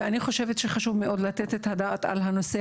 אני חושבת שחשוב לתת את הדעת על הנושא